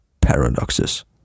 paradoxes